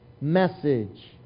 message